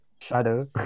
Shadow